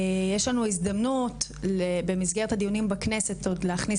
יש לנו הזדמנות במסגרת הדיונים בכנסת עוד להכניס